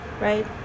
right